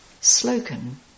Slogan